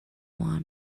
one